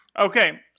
Okay